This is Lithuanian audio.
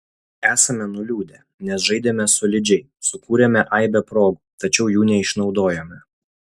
esame nuliūdę nes žaidėme solidžiai sukūrėme aibę progų tačiau jų neišnaudojome